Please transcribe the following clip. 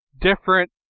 different